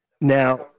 now